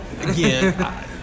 again